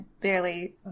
barely